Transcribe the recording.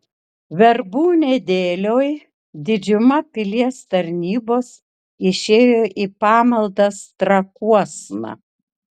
verbų nedėlioj didžiuma pilies tarnybos išėjo į pamaldas trakuosna